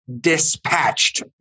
dispatched